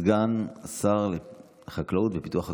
לסגן שר החקלאות ופיתוח הכפר,